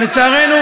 ולצערנו,